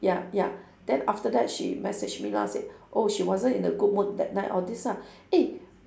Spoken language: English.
ya ya then after that she message me lah said oh she wasn't in a good mood that night all these lah eh